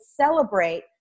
celebrate